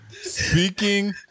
Speaking